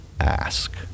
ask